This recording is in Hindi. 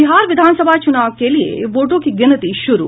बिहार विधानसभा चुनाव के लिए वोटों की गिनती शुरू